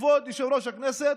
כבוד יושב-ראש הכנסת,